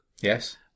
Yes